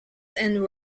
and